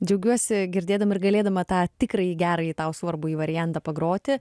džiaugiuosi girdėdama ir galėdama tą tikrąjį gerąjį tau svarbųjį variantą pagroti